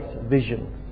vision